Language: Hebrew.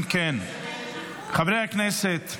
אם כן, חברי הכנסת,